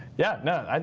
yeah, no,